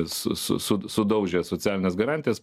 su su su sudaužė socialines garantijas